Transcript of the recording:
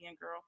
girl